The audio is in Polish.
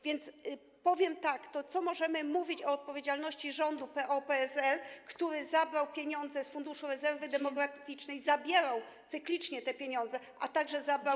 Więc powiem tak: To co możemy mówić o odpowiedzialności rządu PO-PSL, który zabrał pieniądze z Funduszu Rezerwy Demograficznej, zabierał cyklicznie te pieniądze, a także zabrał.